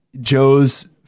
Joe's